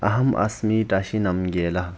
अहम् अस्मि टाशी नामगेला